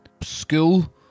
school